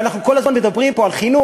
ואנחנו כל הזמן מדברים על חינוך,